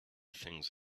things